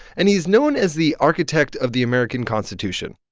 and he's known as the architect of the american constitution.